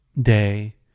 day